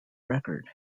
record